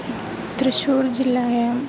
Thrissur जिल्लयां